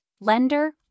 lender